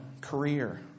career